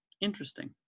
Interesting